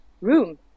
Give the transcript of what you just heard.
room